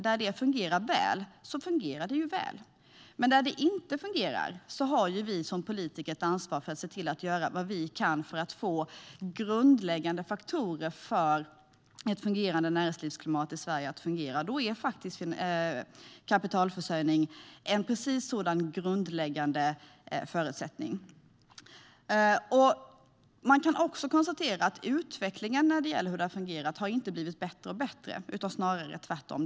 Där det fungerar väl, fungerar det ju väl. Men när det inte fungerar har vi som politiker ett ansvar för att se till att göra vad vi kan för att få till grundläggande förutsättningar för ett fungerande näringslivsklimat i Sverige. Kapitalförsörjning är precis en sådan grundläggande förutsättning. Man kan också konstatera att utvecklingen inte har blivit bättre utan snarare tvärtom.